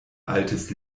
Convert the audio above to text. altes